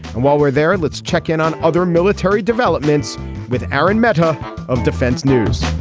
and while we're there let's check in on other military developments with aaron mehta of defense news